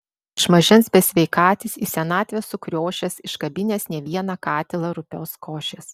iš mažens besveikatis į senatvę sukriošęs iškabinęs ne vieną katilą rupios košės